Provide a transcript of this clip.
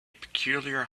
peculiar